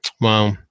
Wow